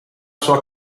sua